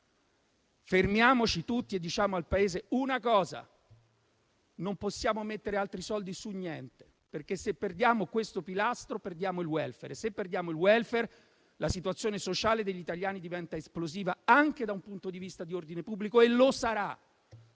fermiamoci tutti e diciamo al Paese che non possiamo mettere altri soldi su niente, perché se perdiamo questo pilastro, perdiamo il *welfare* e se perdiamo il *welfare* la situazione sociale degli italiani diventa esplosiva anche da un punto di vista di ordine pubblico e lo sarà.